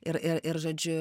ir ir ir žodžiu